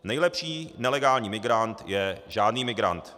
Nejlepší nelegální migrant je žádný migrant.